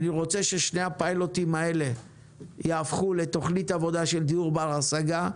אני רוצה ששני הפיילוטים האלה יהפכו לתוכנית עבודה של דיור בר השגה.